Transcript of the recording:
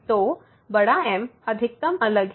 तो M अधिकतम अलग है